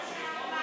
זהו,